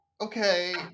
Okay